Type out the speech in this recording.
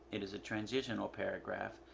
it is a transitional paragraph.